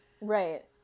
Right